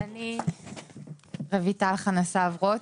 רויטל רוט.